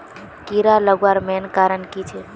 कीड़ा लगवार मेन कारण की छे?